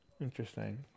Interesting